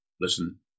listen